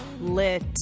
lit